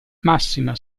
massima